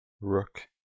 rook